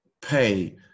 pay